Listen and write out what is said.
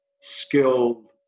skilled